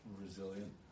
Resilient